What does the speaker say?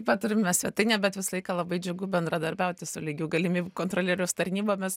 va turime svetainę bet visą laiką labai džiugu bendradarbiauti su lygių galimybių kontrolieriaus tarnybomis